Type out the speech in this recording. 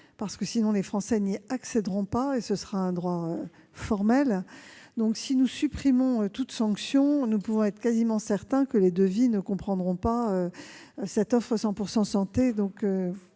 devis. Sinon, les Français n'y accéderont pas et ce droit ne sera que formel. Si nous supprimons toute sanction, nous pouvons être quasiment certains que les devis ne comprendront pas d'offre « 100 % santé